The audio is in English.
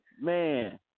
Man